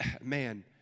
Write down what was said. man